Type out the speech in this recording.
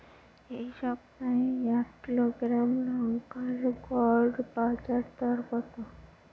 এই সপ্তাহে এক কিলোগ্রাম লঙ্কার গড় বাজার দর কত?